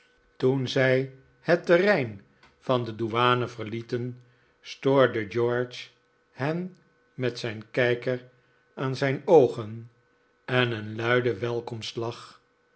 toen zij het terrein van de douane verlieten stoorde george hen met zijn kijker aan zijn oogen en een luiden welkomstlach